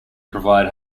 provide